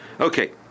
Okay